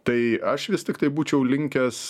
tai aš vis tiktai būčiau linkęs